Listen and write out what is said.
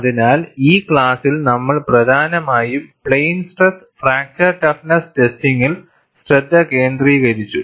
അതിനാൽ ഈ ക്ലാസ്സിൽ നമ്മൾ പ്രധാനമായും പ്ലെയിൻ സ്ട്രെസ് ഫ്രാക്ചർ ടഫ്നെസ്സ് ടെസ്റ്റിംഗിൽ ശ്രദ്ധ കേന്ദ്രീകരിച്ചു